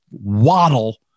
waddle